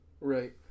Right